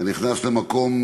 אתה נכנס היום למקום